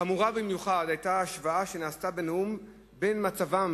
חמורה במיוחד היתה ההשוואה שנעשתה בנאום בין מצבם